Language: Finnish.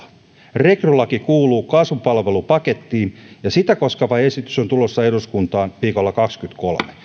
rekrylaki kuuluu kasvupalvelupakettiin ja sitä koskeva esitys on tulossa eduskuntaan viikolla kahdennenkymmenennenkolmannen